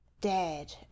dead